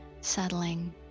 settling